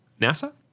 NASA